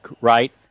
right